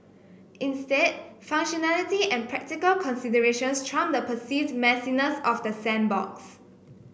instead functionality and practical considerations trump the perceived messiness of the sandbox